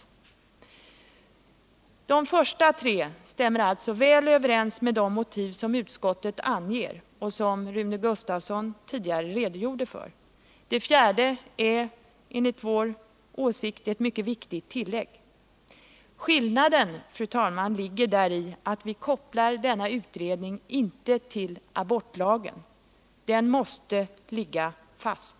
De första tre punkterna stämmer väl överens med de motiv som utskottet anger och som Rune Gustavsson tidigare redogjorde för. Den fjärde punkten är enligt vår åsikt ett mycket viktigt tillägg. Skillnaden, fru talman, ligger däri att vi inte kopplar denna utredning till abortlagen. Den måste ligga fast.